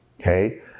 okay